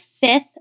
fifth